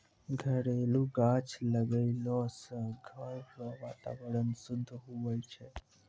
घरेलू गाछ लगैलो से घर रो वातावरण शुद्ध हुवै छै